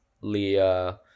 Leah